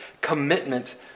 commitment